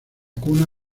cuna